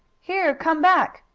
here, come back!